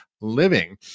living